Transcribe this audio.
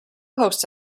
hosts